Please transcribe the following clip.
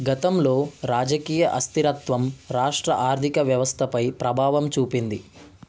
గతంలో రాజకీయ అస్థిరత్వం రాష్ట్ర ఆర్థిక వ్యవస్థపై ప్రభావం చూపింది